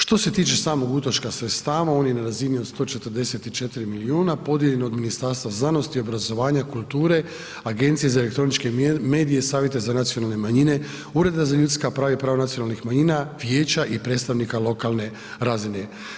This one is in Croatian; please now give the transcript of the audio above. Što se tiče samog utroška sredstava on je na razini od 144 milijuna podijeljen od Ministarstva znanosti, obrazovanja, kulture, Agencije za elektroničke medije, savjeta za nacionalne manjine, Ureda za ljudska prava i prava nacionalnih manjina, vijeća i predstavnika lokalne razine.